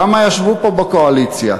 כמה ישבו פה מהקואליציה?